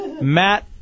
Matt